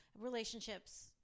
Relationships